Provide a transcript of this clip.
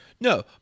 No